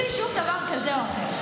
בלי שום דבר כזה או אחר.